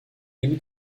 début